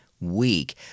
Week